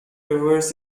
rivers